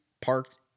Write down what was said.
parked